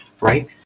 right